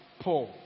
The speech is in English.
Paul